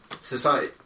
society